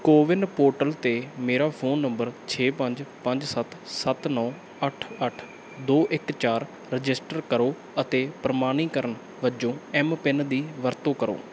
CoWIN portal 'ਤੇ ਮੇਰਾ phone number ਛੇ ਪੰਜ ਪੰਜ ਸੱਤ ਸੱਤ ਨੌਂ ਅੱਠ ਅੱਠ ਦੋ ਇੱਕ ਚਾਰ ਰਜਿਸਟਰ ਕਰੋ ਅਤੇ ਪ੍ਰਮਾਣੀਕਰਨ ਵਜੋਂ ਐੱਮ ਪਿੰਨ ਦੀ ਵਰਤੋਂ ਕਰੋ